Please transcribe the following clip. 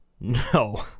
no